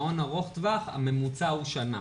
במעון ארוך טווח הממוצע הוא שנה,